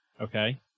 Okay